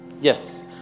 yes